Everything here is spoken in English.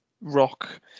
rock